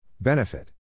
Benefit